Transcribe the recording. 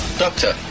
doctor